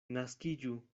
naskiĝu